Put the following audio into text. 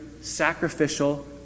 sacrificial